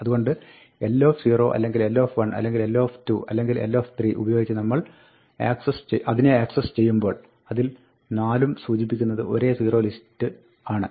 അതുകൊണ്ട് l0 അല്ലെങ്കിൽ l1 അല്ലെങ്കിൽ l2 അല്ലെങ്കിൽ l3 ഉപയോഗിച്ച് അതിനെ നമ്മൾ ആക്സസ് ചെയ്യുമ്പോൾ അതിൽ 4 ഉം സൂചിപ്പിക്കുന്നത് ഒരേ zerolist യാണ്